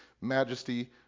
majesty